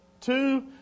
two